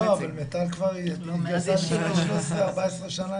לא, אבל מיטל כבר התגייסה לפני 13, 14 שנים.